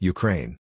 Ukraine